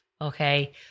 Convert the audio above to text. okay